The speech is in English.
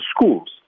schools